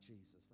Jesus